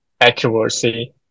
accuracy